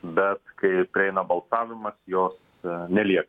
bet kai prieina balsavimas jos nelieka